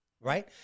right